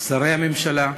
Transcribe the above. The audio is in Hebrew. שרי הממשלה,